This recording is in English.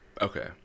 okay